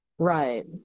Right